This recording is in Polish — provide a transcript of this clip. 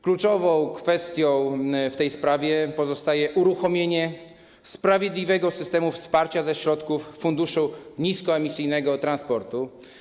Kluczową kwestią w tej sprawie pozostaje uruchomienie sprawiedliwego systemu wsparcia ze środków Funduszu Niskoemisyjnego Transportu.